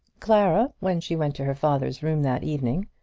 clara, when she went to her father's room that evening,